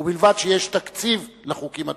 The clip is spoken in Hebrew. ובלבד שיש תקציב לחוקים הטובים.